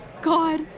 God